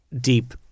deep